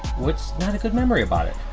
what's not a good memory about it?